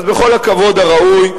אז בכל הכבוד הראוי,